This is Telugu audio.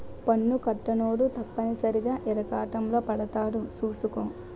పన్ను కట్టనోడు తప్పనిసరిగా ఇరకాటంలో పడతాడు సూసుకో